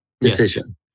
decision